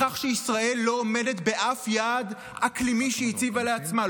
בכך שישראל לא עומדת באף יעד אקלימי שהציבה לעצמה,